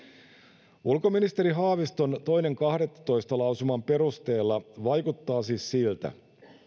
tämä virkatyönä tapahtuu haaviston toinen kahdettatoista lausuman perusteella vaikuttaa siis siltä